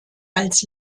als